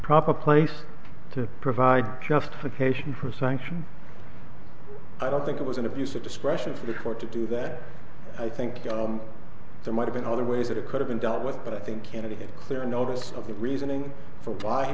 proper place to provide justification for sanction i don't think it was an abuse of discretion for the court to do that i think there might have been other ways that it could have been dealt with but i think candidate clear notice of the reasoning for